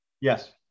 Yes